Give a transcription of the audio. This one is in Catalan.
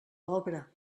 obra